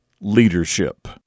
leadership